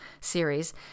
series